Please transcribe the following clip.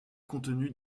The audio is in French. contenus